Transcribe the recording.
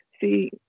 See